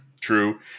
true